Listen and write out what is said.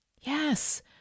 Yes